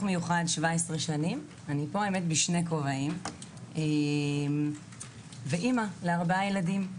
מיוחד כבר 17 שנים ואימא לארבעה ילדים.